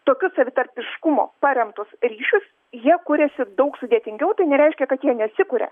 tokius savitarpiškumu paremtus ryšius jie kuriasi daug sudėtingiau tai nereiškia kad jie nesikuria